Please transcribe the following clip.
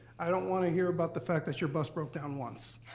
i don't want to hear about the fact that your bus broke down once,